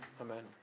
Amen